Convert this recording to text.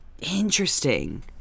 Interesting